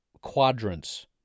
quadrants